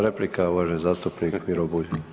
Replika, uvaženi zastupnik Miro Bulj.